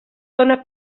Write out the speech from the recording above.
dóna